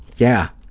yeah,